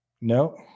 No